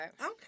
Okay